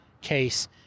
case